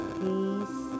peace